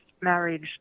marriage